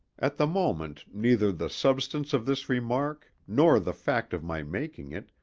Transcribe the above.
at the moment, neither the substance of this remark nor the fact of my making it,